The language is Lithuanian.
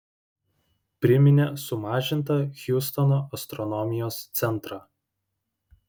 priminė sumažintą hjustono astronomijos centrą